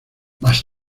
más